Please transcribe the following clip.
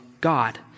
God